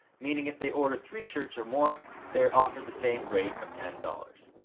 meaning if they order, three shirts or more they are offered the same rate of ten dollars.